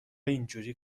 اینجوری